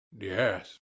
Yes